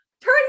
turn